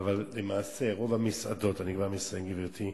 אבל למעשה רוב המסעדות, אני כבר מסיים, גברתי,